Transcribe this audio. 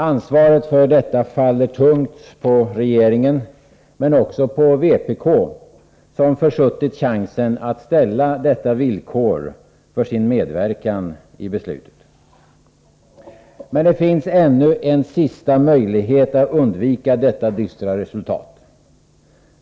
Ansvaret för detta faller tungt på regeringen men också på vpk, som försuttit chansen att ställa detta villkor för sin medverkan i beslutet. Men det finns ännu en sista möjlighet att undvika detta dystra resultat.